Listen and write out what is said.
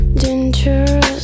dangerous